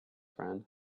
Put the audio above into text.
friend